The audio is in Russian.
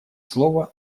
слово